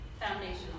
foundational